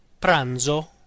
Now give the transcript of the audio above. Pranzo